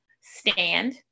stand